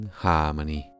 harmony